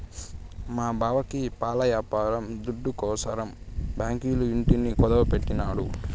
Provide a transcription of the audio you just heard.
మా బావకి పాల యాపారం దుడ్డుకోసరం బాంకీల ఇంటిని కుదువెట్టినాడు